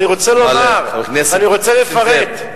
אני רוצה לומר ואני רוצה לפרט.